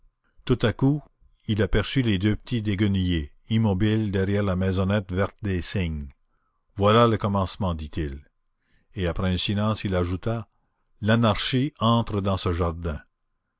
tout à coup il aperçut les deux petits déguenillés immobiles derrière la maisonnette verte des cygnes voilà le commencement dit-il et après un silence il ajouta l'anarchie entre dans ce jardin